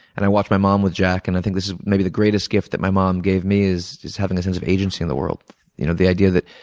and i watch my mom with jack and i think this is maybe the greatest gift that my mom gave me is is having a sense of agency in the world you know the idea that